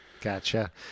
Gotcha